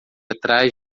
atrás